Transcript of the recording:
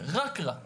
רק רע יכול לצאת מזה.